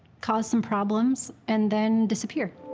cause some problems, and then disappear.